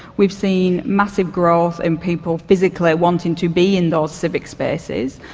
we've seen massive growth in people physically wanting to be in those civic spaces,